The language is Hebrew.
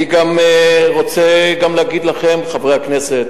אני גם רוצה להגיד לכם, חברי הכנסת,